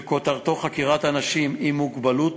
שכותרתו: חקירת אנשים עם מוגבלות,